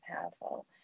powerful